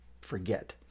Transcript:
forget